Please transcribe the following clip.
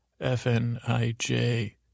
F-N-I-J